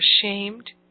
ashamed